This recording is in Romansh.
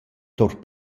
tour